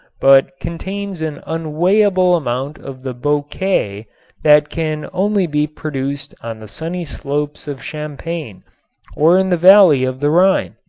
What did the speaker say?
but contains an unweighable amount of the bouquet that can only be produced on the sunny slopes of champagne or in the valley of the rhine.